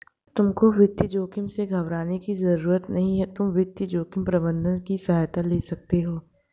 तुमको वित्तीय जोखिम से घबराने की जरूरत नहीं है, तुम वित्तीय जोखिम प्रबंधन की सहायता ले सकते हो